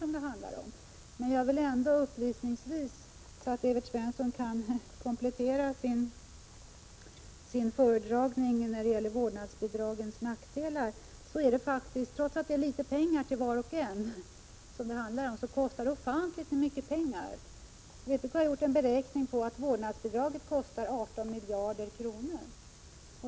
Man jag vill ändå upplysningsvis, så att Evert Svensson kan komplettera sin föredragning när det gäller vårdnadsbidragens nackdelar, säga att trots att det är litet pengar till var och en kostar det ofantligt mycket för staten. Vpk har gjort en beräkning att vårdnadsbidraget skulle kosta 18 miljarder kronor.